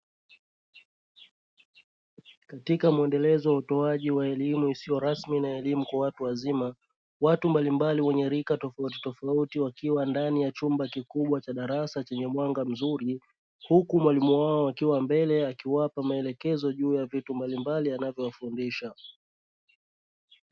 Katika muendelezo wa utoaji wa elimu isiyo rasmi na alimu kwa watu wazima, watu mbalimbali wenye rika tofautitofauti wakiwa ndani ya chumba kikubwa cha darasa chenye mwanga mzuri, huku mwalimu wao akiwa mbele akiwapa maelekezo juu ya vitu mbalimbali anavyo wafundisha .